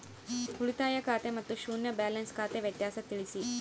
ಉಳಿತಾಯ ಖಾತೆ ಮತ್ತೆ ಶೂನ್ಯ ಬ್ಯಾಲೆನ್ಸ್ ಖಾತೆ ವ್ಯತ್ಯಾಸ ತಿಳಿಸಿ?